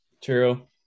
True